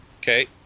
Okay